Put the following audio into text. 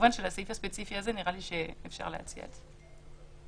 כמובן שלסעיף הספציפי הזה נראה לי שאפשר להציע את זה.